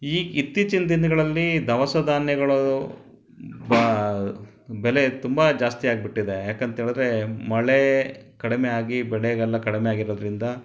ಈ ಇತ್ತೀಚಿನ ದಿನಗಳಲ್ಲಿ ದವಸ ಧಾನ್ಯಗಳು ಬೆಲೆ ತುಂಬ ಜಾಸ್ತಿಯಾಗ್ಬಿಟ್ಟಿದೆ ಯಾಕಂಥೇಳಿದ್ರೆ ಮಳೆ ಕಡಿಮೆ ಆಗಿ ಬೆಳೆಗೆಲ್ಲ ಕಡಿಮೆ ಆಗಿರೋದ್ರಿಂದ